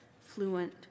fluent